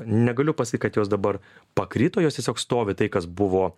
negaliu pasakyt kad jos dabar pakrito jos tiesiog stovi tai kas buvo